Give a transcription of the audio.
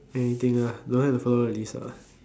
anything lah don't have to follow the list what